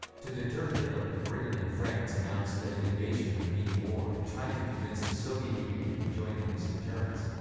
to deter hitler, britain and france announced that an invasion would mean war and tried to convince the soviet union to join in this deterrence.